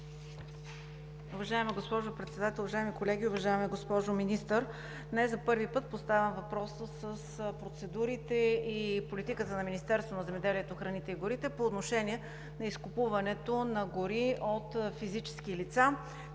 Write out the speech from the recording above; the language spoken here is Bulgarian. Уважаема госпожо Председател, уважаеми колеги, уважаема госпожо Министър! Не за първи път поставям въпроса с процедурите и политиката на Министерството на земеделието, храните и горите по отношение на изкупуването на гори от физически лица